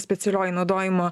specialioji naudojimo